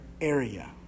area